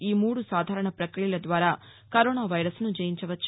ఈ మూడు సాధారణ పక్రియల ద్వారా కరోనా వైరస్ను జయించవచ్చు